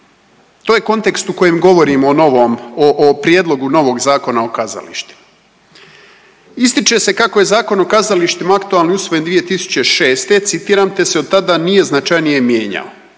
To je kontekst u kojem govorimo o novom, o prijedlogu novog Zakona o kazalištima. Ističe se kako je Zakon o kazalištima aktualni usvojen 2006. citiram te se od tada nije značajnije mijenjao.